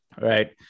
right